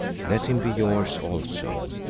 let him be yours also.